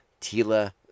Tila